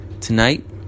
Tonight